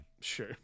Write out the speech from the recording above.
Sure